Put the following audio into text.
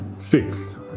fixed